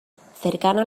cercana